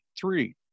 Three